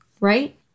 Right